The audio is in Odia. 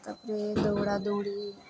ତାପରେ ଦୌଡ଼ା ଦୌଡ଼ି